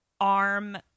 arm